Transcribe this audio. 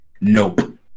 nope